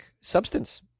substance